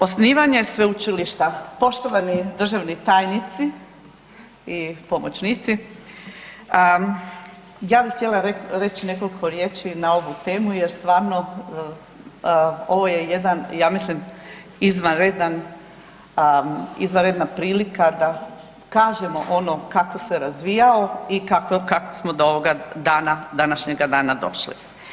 Osnivanje sveučilišta poštovani državni tajnici i pomoćnici ja bih htjela reći nekoliko riječi na ovu temu jer stvarno ovo je jedan ja mislim izvanredan, izvanredna prilika da kažemo ono kako je razvijao i kako smo do ovoga dana, današnjega dana došli.